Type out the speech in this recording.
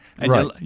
Right